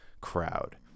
crowd